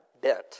bent